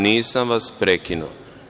Nisam vas prekinuo.